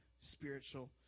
spiritual